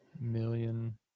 million